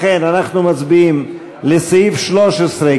לכן אנחנו מצביעים על סעיף 13,